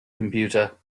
computer